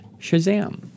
Shazam